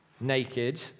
naked